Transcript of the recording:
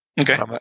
Okay